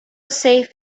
safe